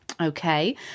Okay